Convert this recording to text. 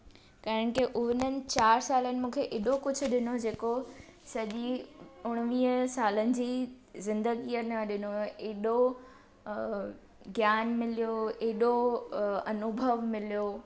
कारण की उन्हनि चारि सालनि मूंखे एॾो कुझु ॾिनो जेको सॼी उणिवीह सालनि जी ज़िंदगीअ न ॾिनो एॾो अ ज्ञान मिलियो एॾो अ अनुभव मिलियो